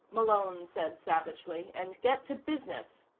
malone said savagely, and get to business.